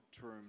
term